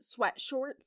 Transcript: sweatshorts